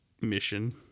mission